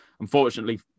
Unfortunately